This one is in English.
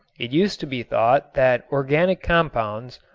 it used to be thought that organic compounds,